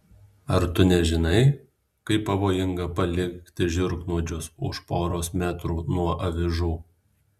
ar tu nežinai kaip pavojinga palikti žiurknuodžius už poros metrų nuo avižų